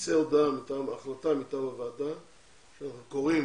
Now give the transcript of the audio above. שתצא החלטה מטעם הוועדה שאנחנו קוראים